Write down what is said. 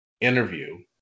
interview